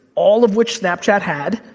all of which snapchat had,